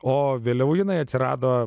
o vėliau jinai atsirado